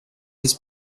his